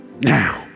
Now